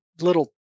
little